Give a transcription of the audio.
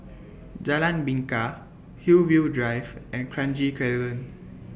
Jalan Bingka Hillview Drive and Kranji Crescent